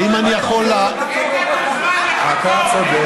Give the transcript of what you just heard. עכשיו יש הצבעות, נגמר הזמן.